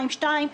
2.2%,